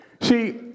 See